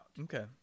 Okay